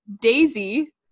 Daisy